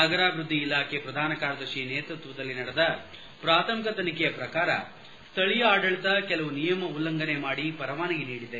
ನಗರಾಭಿವೃದ್ಧಿ ಇಲಾಖೆ ಪ್ರಧಾನ ಕಾರ್ಯದರ್ಶಿ ನೇತೃತ್ವದಲ್ಲಿ ನಡೆದ ಪ್ರಾಥಮಿಕ ತನಿಖೆಯ ಪ್ರಕಾರ ಸ್ವಳೀಯ ಆಡಳತ ಕೆಲವು ನಿಯಮ ಉಲ್ಲಂಘನೆ ಮಾಡಿ ಪರವಾನಗಿ ನೀಡಿದೆ